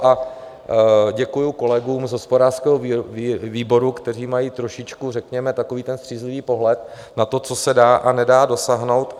A děkuji kolegům z hospodářského výboru, kteří mají trošičku řekněme takový ten střízlivý pohled na to, co se dá a nedá dosáhnout.